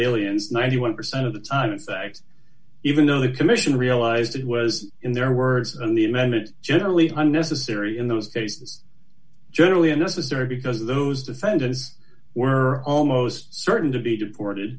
aliens ninety one percent of the time in fact even though the commission realized it was in their words on the mend it generally honey is the sciri in those cases generally unnecessary because those defendants were almost certain to be deported